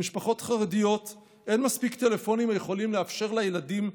במשפחות החרדיות אין מספיק טלפונים היכולים לאפשר לילדים ללמוד.